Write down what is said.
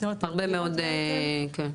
הרבה מאוד, כן.